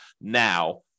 now